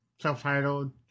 self-titled